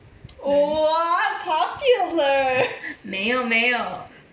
oh !wah! popular